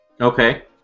Okay